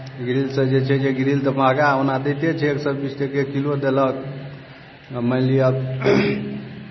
grill से जे छै कि जे ग्रिल तऽ महँगा ओना दैते छै एक सए बीस टके किलो देलक मानि लिअ